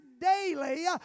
daily